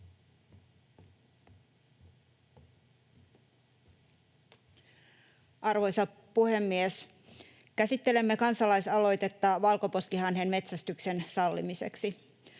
Arvoisa puhemies! Käsittelemme kansalaisaloitetta valkoposkihanhen metsästyksen sallimiseksi.